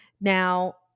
now